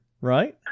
right